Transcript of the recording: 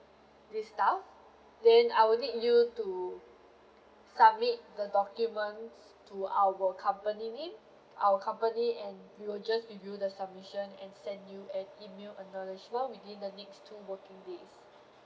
this stuff then I will need you to submit the documents to our company name our company and we will just review the submission and send you an email acknowledgement within the next two working days